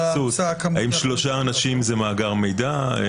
האם שלושה אנשים זה מאגר מידע?